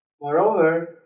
Moreover